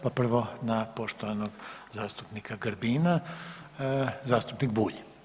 Pa prvo na poštovanog zastupnika Grbina, zastupnik Bulj.